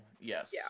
yes